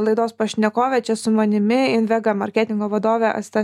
laidos pašnekovė čia su manimi invega marketingo vadovė asta